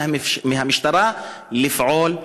מהמשטרה לפעול,